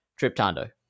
Triptando